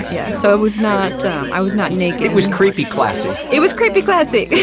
yeah so it was not, uh um i was not naked. it was creepy classy. it was creepy classy.